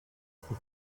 for